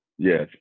Yes